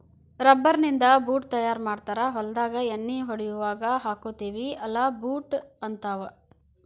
rubber ನಿಂದ boot ತಯಾರ ಮಾಡ್ತಾರ ಹೊಲದಾಗ ಎಣ್ಣಿ ಹೊಡಿಯುವಾಗ ಹಾಕ್ಕೊತೆವಿ ಅಲಾ ಬೂಟ ಹಂತಾವ